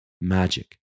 magic